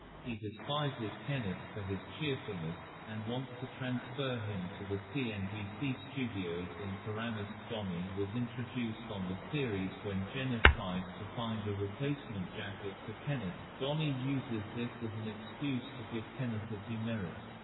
he despises kenneth for his cheerfulness, and wants to transfer him to the cnbc studios in paramus. donny was introduced on the series when jenna tries to find a replacement jacket for kenneth donny uses this as an excuse to give kenneth a demerit.